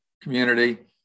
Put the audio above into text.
community